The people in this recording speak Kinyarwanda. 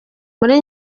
muri